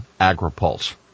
AgriPulse